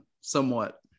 somewhat